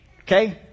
okay